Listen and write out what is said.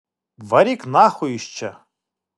varyk nachui iš čia